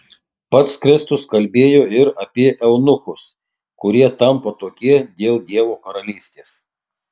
pats kristus kalbėjo ir apie eunuchus kurie tampa tokie dėl dievo karalystės